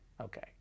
okay